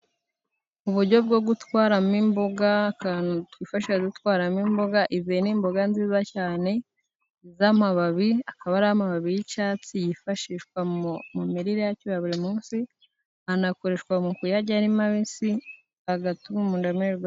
Uburyo bwo gutwaramo imboga ,akantu twifashisha dutwaramo imboga ,izi ni imboga nziza cyane z'amababi akaba ari amababi y'icyatsi yifashishwa mu mirire yacu ya buri musi, anakoreshwa mu kuyarya ari mabisi, agatuma umuntu amererwa neza.